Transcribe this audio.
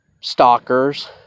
stalkers